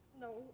No